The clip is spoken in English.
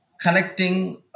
connecting